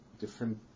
different